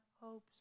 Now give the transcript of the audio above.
hopes